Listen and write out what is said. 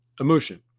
emotion